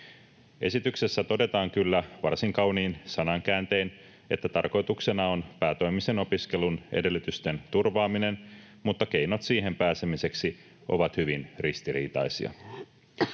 Esityksessä todetaan kyllä varsin kauniin sanankääntein, että tarkoituksena on päätoimisen opiskelun edellytysten turvaaminen, mutta keinot siihen pääsemiseksi ovat hyvin ristiriitaisia.